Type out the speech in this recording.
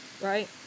right